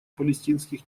палестинских